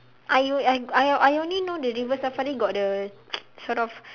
!aiyo! I I I only know the river-safari got the sort of